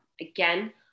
Again